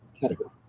category